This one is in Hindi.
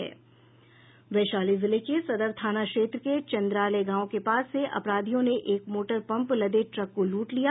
वैशाली जिले के सदर थाना क्षेत्र के चंद्रालय गांव के पास से अपराधियों ने एक मोटर पंप लदे ट्रक को लूट लिया